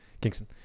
Kingston